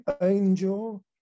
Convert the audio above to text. angel